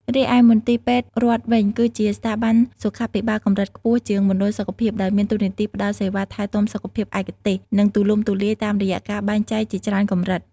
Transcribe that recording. រីឯមន្ទីរពេទ្យរដ្ឋវិញ គឺជាស្ថាប័នសុខាភិបាលកម្រិតខ្ពស់ជាងមណ្ឌលសុខភាព ដោយមានតួនាទីផ្តល់សេវាថែទាំសុខភាពឯកទេស និងទូលំទូលាយ តាមរយៈការបែងចែកជាច្រើនកម្រិត។